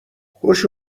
خوش